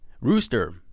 Rooster